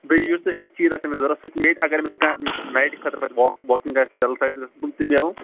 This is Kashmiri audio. بیٚیہِ یُس تۅہہِ کاںٛہہ چیٖز آسہِ أمِس ضرَوٗت سُہ تہِ میلہِ اگر أمِس کانٛہہ نایِٹہٕ خٲطرٕ پَتہٕ واک واکِنٛگ آسہِ ڈَل سایِٹہِ کُن تہِ نیرُن